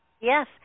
Yes